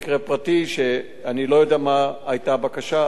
שאני לא יודע מה היתה הבקשה אז בבית-המשפט.